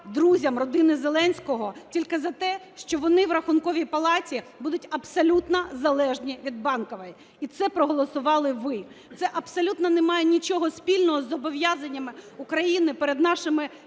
друзям родини Зеленського тільки за те, що вони в Рахунковій палаті будуть абсолютно залежні від Банкової. І це проголосували ви. Це абсолютно не має нічого спільного з зобов'язаннями України перед нашими